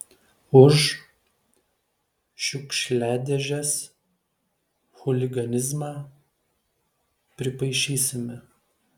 už šiukšliadėžes chuliganizmą pripaišysime